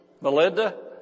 Melinda